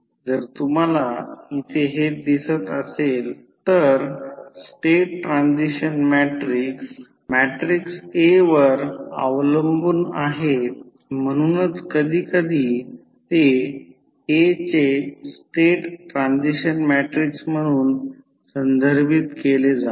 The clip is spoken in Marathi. जर तुम्हाला इथे हे दिसत असेल तर state transition matrix matrix A वर अवलंबून आहे म्हणूनच कधीकधी ते A चे स्टेट ट्रान्सिशन मॅट्रिक्स म्हणून संदर्भित केले जाते आहे